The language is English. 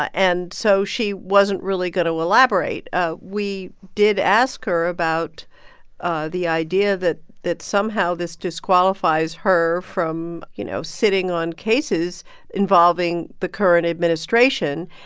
ah and so she wasn't really going to elaborate. ah we did ask her about ah the idea that that somehow this disqualifies her from, you know, sitting on cases involving the current administration.